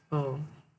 oh